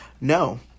No